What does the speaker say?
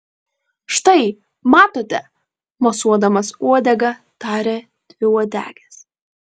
štai matote mosuodamas uodega tarė dviuodegis